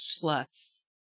plus